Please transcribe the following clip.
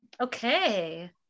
Okay